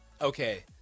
okay